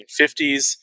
1950s